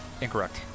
Incorrect